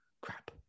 crap